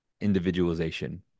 individualization